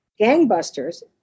gangbusters